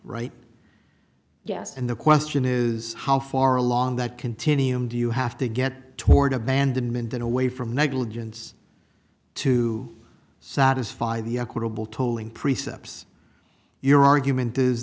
right yes and the question is how far along that continuum do you have to get toward abandonment than away from negligence to satisfy the equitable tolling precepts your argument is